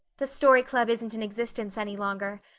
the story club isn't in existence any longer.